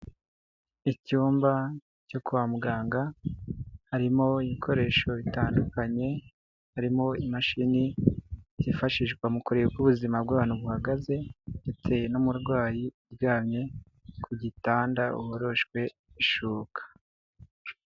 Icyumba cyo kwa muganga harimo ibikoresho bitandukanye, harimo imashini zifashishwa mu kureba uko ubuzima bw'abantu buhagaze ndetse n'umurwayi uryamye ku gitanda woroshwe ishuka.